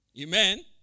Amen